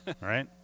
right